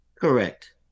Correct